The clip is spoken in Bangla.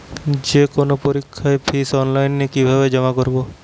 যে কোনো পরীক্ষার ফিস অনলাইনে কিভাবে জমা করব?